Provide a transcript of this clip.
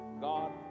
God